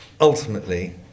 ultimately